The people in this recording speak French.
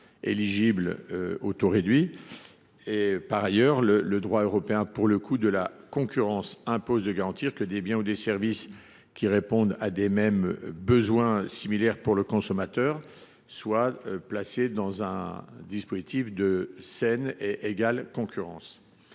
éligibles aux taux réduits. Par ailleurs, le droit européen de la concurrence impose de garantir que des biens ou services qui répondent au même besoin pour le consommateur soient placés dans une situation de saine et égale concurrence.